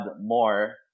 more